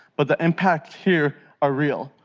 but the impacts here are real.